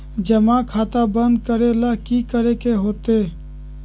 जमा खाता बंद करे ला की करे के होएत?